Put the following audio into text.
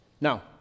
Now